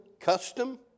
custom